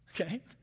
okay